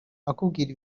akubwira